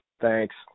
Thanks